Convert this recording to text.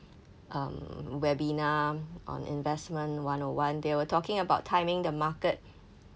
um webinar on investment one O one they were talking about timing the market